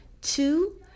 Two